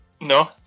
No